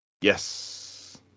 Yes